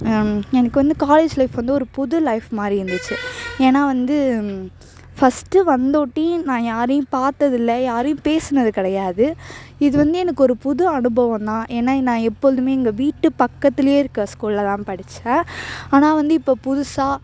எனக்கு வந்து college life வந்து ஒரு புது லைஃப் மாதிரி இருந்துச்சு ஏன்னா வந்து ஃபஸ்ட்டு வந்துட்டு நான் யாரையும் பாத்ததில்ல யாரையும் பேசினது கிடையாது இது வந்து எனக்கு ஒரு புது அனுபவந்தான் ஏன்னா நான் எப்பொழுதும் எங்கள் வீட்டு பக்கத்துலேயே இருக்கிற ஸ்கூலில் தான் படித்தேன் ஆனால் வந்து இப்போ புதுசாக